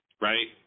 right